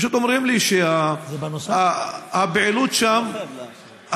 פשוט אומרים לי שהפעילות שם הפכה,